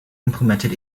implemented